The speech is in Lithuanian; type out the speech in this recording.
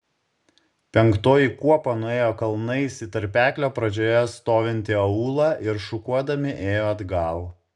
penktoji kuopa nuėjo kalnais į tarpeklio pradžioje stovintį aūlą ir šukuodami ėjo atgal